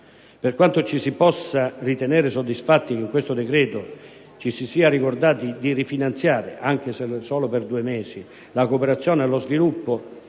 Per quanto ci si possa ritenere soddisfatti che in questo decreto ci si sia ricordati di rifinanziare, anche se solo per due mesi, la cooperazione allo sviluppo